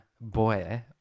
boy